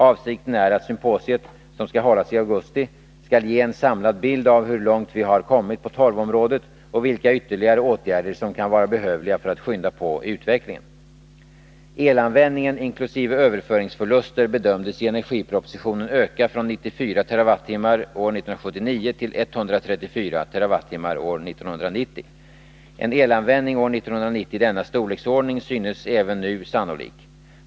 Avsikten är att symposiet, som skall hållas i augusti, skall ge en samlad bild av hur långt vi har kommit på torvområdet och vilka ytterligare åtgärder som kan vara behövliga för att skynda på utvecklingen. Elanvändningen inkl. överföringsförluster bedömdes i energipropositionen öka från 94 TWh år 1979 till 134 TWh år 1990. En elanvändning år 1990 i denna storleksordning synes även nu sannolik.